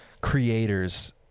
creators